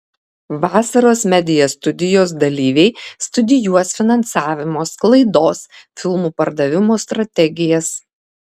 vasaros media studijos dalyviai studijuos finansavimo sklaidos filmų pardavimo strategijas